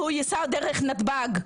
והוא ייסע דרך נתב"ג.